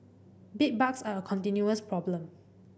bedbugs are a continuous problem